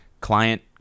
client